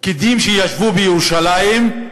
פקידים שישבו בירושלים,